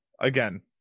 Again